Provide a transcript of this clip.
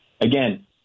again